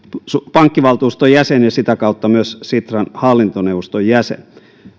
pankkivaltuuston jäsen ja sitä kautta myös sitran hallintoneuvoston jäsen